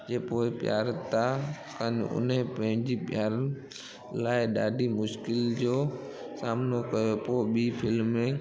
जे पोइ प्यार था कनि हुन पंहिंजी प्यार लाइ ॾाढी मुश्किल जो सामनो कयो पोइ ॿीं फ़िल्म